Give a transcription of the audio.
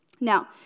Now